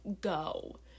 go